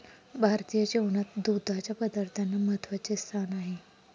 भारतीय जेवणात दुधाच्या पदार्थांना महत्त्वाचे स्थान आहे